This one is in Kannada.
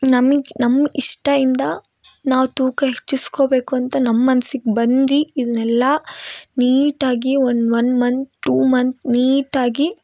ನಮಗೆ ನಮ್ಮ ಇಷ್ಟಯಿಂದ ನಾವು ತೂಕ ಹೆಚ್ಚಿಸ್ಕೊಬೇಕು ಅಂತ ನಮ್ಮ ಮನ್ಸಿಗೆ ಬಂದಿ ಇದನ್ನೆಲ್ಲ ನೀಟಾಗಿ ಒಂದು ಒನ್ ಮಂತು ಟು ಮಂತ್ ನೀಟಾಗಿ